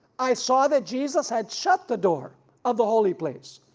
i saw that jesus had shut the door of the holy place,